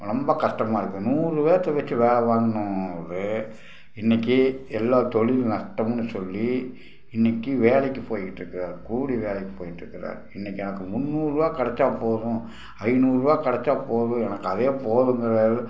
ரொம்ப கஷ்டமாருக்கு நூறு பேத்த வச்சு வேலை வாங்கினாவே இன்றைக்கி எல்லா தொழில் நஷ்டம்னு சொல்லி இன்றைக்கி வேலைக்குப் போயிட்டிருக்கறாங்க கூலி வேலைக்குப் போயிட்டிருக்கறாங்க இன்றைக்கு எனக்கு முந்நூறுரூவா கிடச்சா போதும் ஐந்நூறுரூவா கிடச்சா போதும் எனக்கு அதே போதுங்கிற அளவு